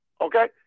Okay